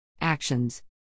Actions